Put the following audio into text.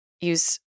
use